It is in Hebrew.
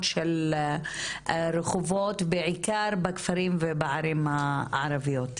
של רחובות בעיקר בכפרים ובערים הערביות.